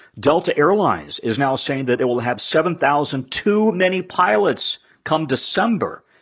delta airlines is now saying that it will have seven thousand too many pilots come december.